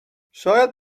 شاید